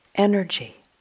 energy